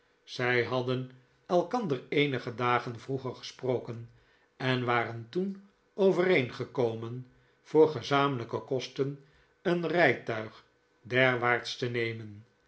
zij hadden elkander eenige dagen vroeger gesproken en waren toen overeengekomen voor gezamenlijke kosten een rijtuig derwaarts te nemen